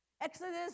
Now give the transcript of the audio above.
Exodus